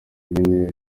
mine